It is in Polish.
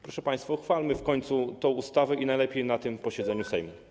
Proszę państwa, uchwalmy w końcu tę ustawę, najlepiej na tym posiedzeniu Sejmu.